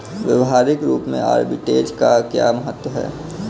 व्यवहारिक रूप में आर्बिट्रेज का क्या महत्व है?